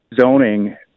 zoning